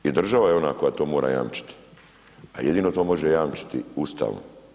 I država je ona koja to mora jamčiti, a jedino to može jamčiti Ustavom.